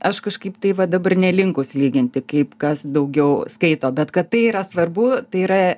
aš kažkaip tai va dabar nelinkusi lyginti kaip kas daugiau skaito bet kad tai yra svarbu tai yra